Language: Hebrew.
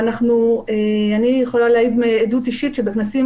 אני יכולה להעיד מעדות אישית שבכנסים